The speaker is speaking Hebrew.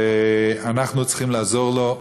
ואנחנו צריכים לעזור לו,